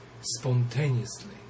spontaneously